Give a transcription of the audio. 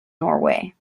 norway